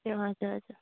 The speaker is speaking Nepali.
ए हजुर हजुर